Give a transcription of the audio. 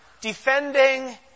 defending